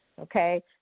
Okay